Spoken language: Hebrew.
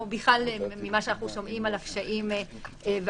או בכלל ממה שאנחנו שומעים על הקשיים והסרבול